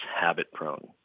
habit-prone